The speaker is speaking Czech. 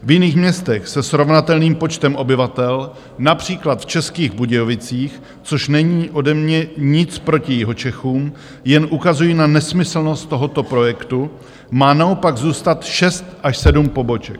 V jiných městech se srovnatelným počtem obyvatel, například v Českých Budějovicích, což není ode mě nic proti Jihočechům, jen ukazuji na nesmyslnost tohoto projektu, má naopak zůstat šest až sedm poboček.